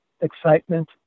excitement